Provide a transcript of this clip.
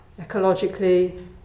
ecologically